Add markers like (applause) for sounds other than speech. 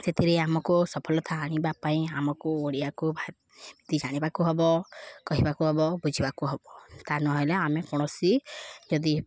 ସେଥିରେ ଆମକୁ ସଫଳତା ଆଣିବା ପାଇଁ ଆମକୁ ଓଡ଼ିଆକୁ (unintelligible) ଜାଣିବାକୁ ହବ କହିବାକୁ ହବ ବୁଝିବାକୁ ହବ ତା ନହେଲେ ଆମେ କୌଣସି ଯଦି